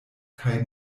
kaj